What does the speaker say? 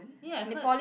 eh I heard